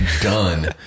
done